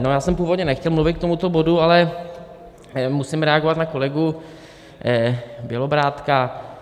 Já jsem původně nechtěl mluvit k tomuto bodu, ale musím reagovat na kolegu Bělobrádka.